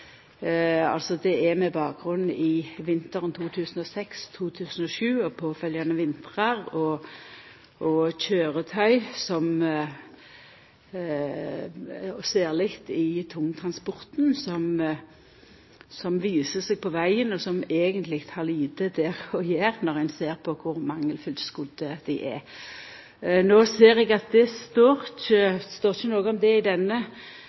Det er med bakgrunn i vinteren 2006–2007 og dei påfølgjande vintrane, og det at kjøretøy, særleg i tungtransporten, viser seg på vegen, medan dei eigentleg har lite der å gjera når vi ser kor mangelfullt skodde mange er. No ser eg at det ikkje står noko om det i denne